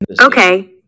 Okay